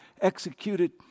executed